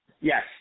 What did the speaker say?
Yes